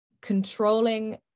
controlling